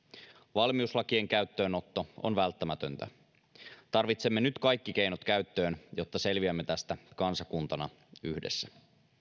valmiuslakien käyttöönotto on välttämätöntä tarvitsemme nyt kaikki keinot käyttöön jotta selviämme tästä kansakuntana yhdessä